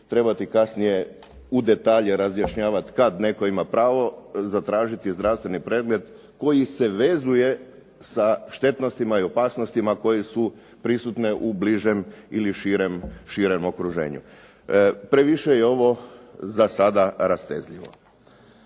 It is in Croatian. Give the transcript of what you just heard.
trebati kasnije u detalje razjašnjavati kad netko ima pravo zatražiti zdravstveni pregled koji se vezuje sa štetnostima i opasnostima koje su prisutne u bližem ili širem okruženju. Previše je ovo za sada rastezljivo.